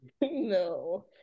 No